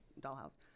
dollhouse